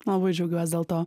labai džiaugiuos dėl to